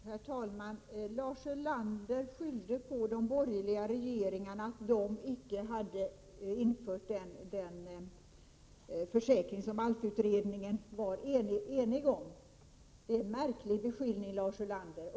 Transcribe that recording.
Herr talman! Lars Ulander beskyllde de borgerliga regeringarna för att icke ha infört den försäkring som ALF-utredningen var enig om. Det är en märklig beskyllning.